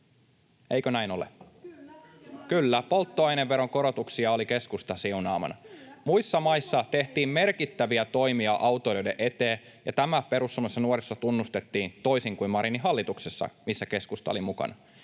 maailmanmarkkinahinnat!] Polttoaineveron korotuksia oli keskustan siunaamana. Muissa maissa tehtiin merkittäviä toimia autoilijoiden eteen, ja tämä Perussuomalaisessa Nuorisossa tunnustettiin, toisin kuin Marinin hallituksessa, missä keskusta oli mukana.